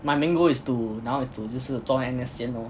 my main goal is to 然后 is to 就是做 N_S 先 lor